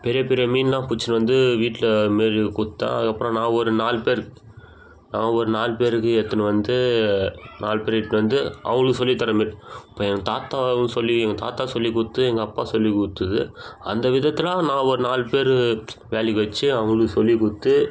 பெரிய பெரிய மீனெலாம் பிடிச்சின்னு வந்து வீட்டில் இதுமாரி கொடுத்தேன் அதுக்கப்புறம் நான் ஒரு நாலு பேர் நான் ஒரு நாலு பேருக்கு எடுத்துன்னு வந்து நாலு பேரு இட்டுன்னு வந்து அவர்களுக்கு சொல்லித் தர மாரி இப்போ என் தாத்தாவும் சொல்லி என் தாத்தா சொல்லிக் கொடுத்து எங்கள் அப்பா சொல்லிக் கொடுத்தது அந்த விதத்தில் நான் ஒரு நாலு பேர் வேலைக்கு வெச்சு அவங்களுக்கு சொல்லிக் கொடுத்து